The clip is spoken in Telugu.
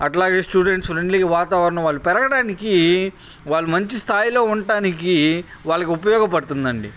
అట్లాగే స్టూడెంట్స్ ఫ్రెండ్లీ వాతావరణం వాళ్ళు పెరగడానికి వాళ్ళు మంచి స్థాయిలో ఉండడానికి వాళ్ళకి ఉపయోగపడుతుందండి